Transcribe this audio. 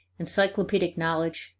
encyclopedic knowledge,